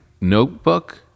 notebook